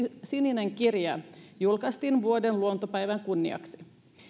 sininen kirja julkaistiin vuoden luontopäivän kunniaksi